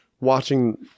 watching